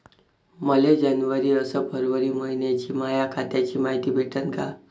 मले जनवरी अस फरवरी मइन्याची माया खात्याची मायती भेटन का?